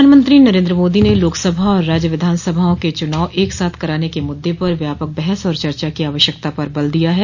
प्रधानमंत्री नरेंद्र मोदी ने लोकसभा और राज्य विधानसभाओं के चुनाव एक साथ कराने के मुद्दे पर व्यापक बहस और चर्चा की आवश्यकता पर बल दिया है